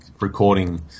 recording